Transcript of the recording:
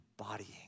embodying